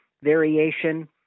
variation